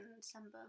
December